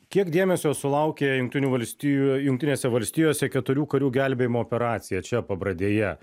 kiek dėmesio sulaukė jungtinių valstijų jungtinėse valstijose keturių karių gelbėjimo operacija čia pabradėje